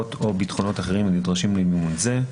הבטוחות או ביטחונות אחרים הנדרשים למימון זה,